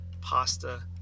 pasta